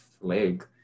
leg